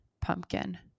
pumpkin